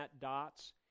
dots